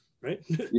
right